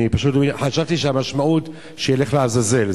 פשוט, חשבתי שהמשמעות: שילך לעזאזל.